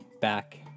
back